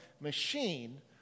machine